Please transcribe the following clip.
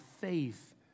faith